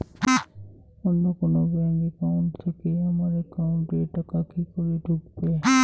অন্য কোনো bank account থেকে আমার একাউন্ট এ টাকা কি করে ঢুকবে?